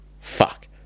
Fuck